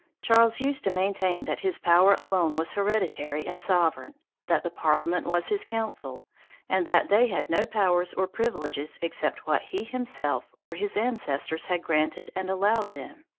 charles used to maintain that his power alone was hereditary and sovereign that the parliament was his council and that they had no powers or privileges except what he himself or his ancestors had granted and allowed them.